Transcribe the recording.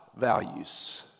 values